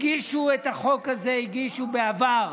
את החוק הזה הגישו בעבר,